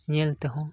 ᱧᱮᱞ ᱛᱮᱦᱚᱸ